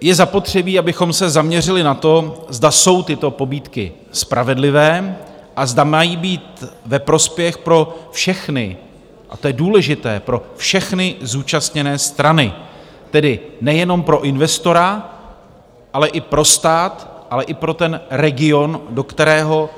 Je zapotřebí, abychom se zaměřili na to, zda jsou tyto pobídky spravedlivé a zda mají být ve prospěch a to je důležité všech zúčastněných stran, tedy nejenom pro investora, ale i pro stát, ale i pro region, do kterého